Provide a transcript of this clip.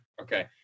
Okay